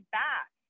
back